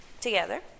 together